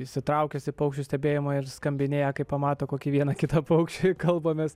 įsitraukęs į paukščių stebėjimą ir skambinėja kai pamato kokį vieną kitą paukštį kalbamės